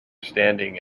standing